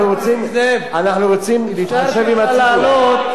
אנחנו רוצים להתחשב עם הציבור.